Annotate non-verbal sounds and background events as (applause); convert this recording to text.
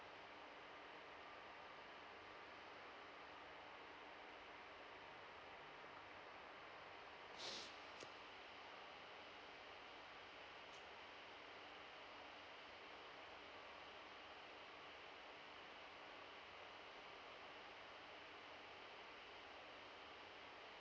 (noise)